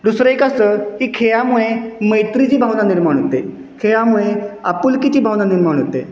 दुसरं एक असं की खेळामुळे मैत्रीची भावना निर्माण होते खेळामुळे आपुलकीची भावना निर्माण होते